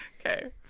okay